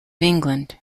england